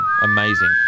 Amazing